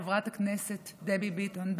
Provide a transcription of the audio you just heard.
חברת הכנסת דבי ביטון,